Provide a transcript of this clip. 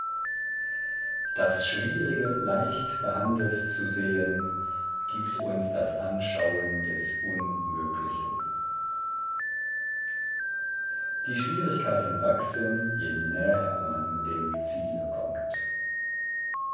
das schwierige leicht behandelt zu sehen gibt uns das anschauen des unmöglichen die schwierigkeiten wachsen je näher man dem ziele kommt